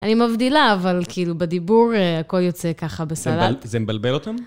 אני מבדילה, אבל כאילו, בדיבור הכל יוצא ככה בסלט. זה מבלבל אותם?